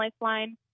Lifeline